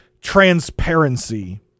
transparency